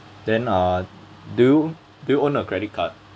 then uh do you do you own a credit card